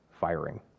firing